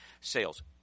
sales